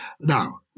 Now